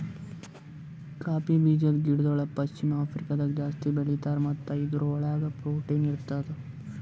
cowpea ಬೀಜದ ಗಿಡಗೊಳ್ ಪಶ್ಚಿಮ ಆಫ್ರಿಕಾದಾಗ್ ಜಾಸ್ತಿ ಬೆಳೀತಾರ್ ಮತ್ತ ಇದುರ್ ಒಳಗ್ ಪ್ರೊಟೀನ್ ಇರ್ತದ